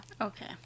okay